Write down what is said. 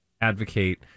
advocate